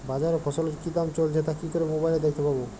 বাজারে ফসলের কি দাম চলছে তা কি করে মোবাইলে দেখতে পাবো?